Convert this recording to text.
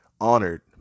honored